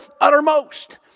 uttermost